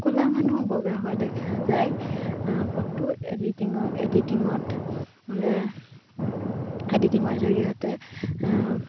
ক'লা মানুহ বগা হোৱা দেখা যায় ফটো এডিটিঙৰ এডিটিঙত এডিটিঙৰ জৰিয়তে